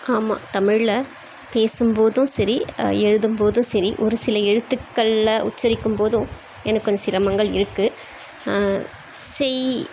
ஆமாம் தமிழ்ல பேசும்போதும் சரி எழுதும்போதும் சரி ஒரு சில எழுத்துக்கள்ல உச்சரிக்கும்போதும் எனக்கு கொஞ்சம் சிரமங்கள் இருக்குது செய்